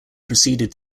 proceeded